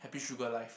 happy sugar life